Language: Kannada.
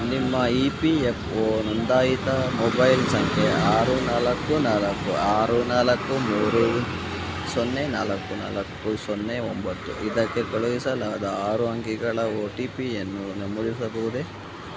ನಿಮ್ಮ ಇ ಪಿ ಎಫ್ ಒ ನೋಂದಾಯಿತ ಮೊಬೈಲ್ ಸಂಖ್ಯೆ ಆರು ನಾಲ್ಕು ನಾಲ್ಕು ಆರು ನಾಲ್ಕು ಮೂರು ಸೊನ್ನೆ ನಾಲ್ಕು ನಾಲ್ಕು ಸೊನ್ನೆ ಒಂಬತ್ತು ಇದಕ್ಕೆ ಕಳುಹಿಸಲಾದ ಆರು ಅಂಕಿಗಳ ಒ ಟಿ ಪಿಯನ್ನು ನಮೂದಿಸಬಹುದೇ